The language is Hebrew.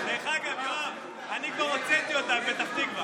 דרך אגב, יואב, אני כבר הוצאתי אותה, בפתח תקווה.